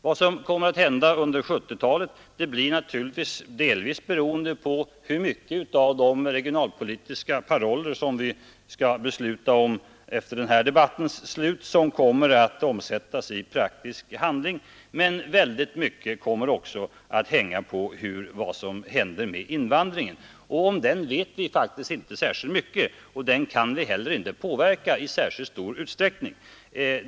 Vad som kommer att hända under 1970-talet blir naturligtvis delvis beroende på hur många av de regionalpolitiska paroller, som vi skall besluta om efter denna debatt, som kommer att omsättas i praktisk handling. Men väldigt mycket kommer också att hänga på vad som händer med invandringen. Om den vet vi faktiskt inte särskilt mycket. Den kan vi inte heller påverka i särskild stor utsträckning.